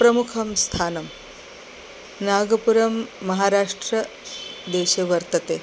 प्रमुखं स्थानं नागपुरं महाराष्ट्रदेशे वर्तते